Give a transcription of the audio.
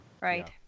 Right